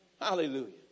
Hallelujah